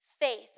faith